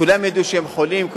כולם ידעו שהם חולים,